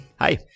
Hi